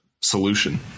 solution